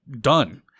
done